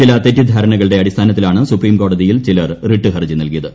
ചില തെറ്റിദ്ധാരണകളുടെ അടിസ്ഥാനത്തിലാണ് സുപ്രീം കോടതിയിൽ ചിലർ റിട്ട് ഹർജി നൽകിയത്